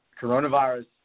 Coronavirus